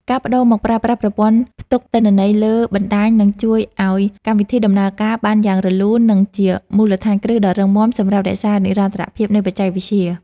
ការប្តូរមកប្រើប្រាស់ប្រព័ន្ធផ្ទុកទិន្នន័យលើបណ្តាញនឹងជួយឱ្យកម្មវិធីដំណើរការបានយ៉ាងរលូន និង ជាមូលដ្ឋានគ្រឹះដ៏រឹងមាំសម្រាប់រក្សានិរន្តរភាពនៃបច្ចេកវិទ្យា។